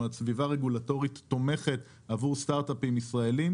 זאת אומרת סביבה רגולטורית תומכת עבור סטארט אפים ישראליים,